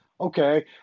okay